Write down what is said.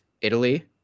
Italy